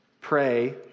pray